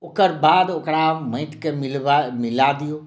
ओकरबाद ओकरा माटिके मिलबा मिला दियौ